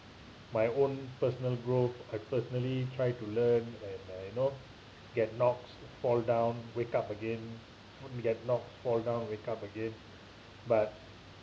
my own personal growth I personally try to learn and uh you know get knocks fall down wake up again get knocks fall down wake up again but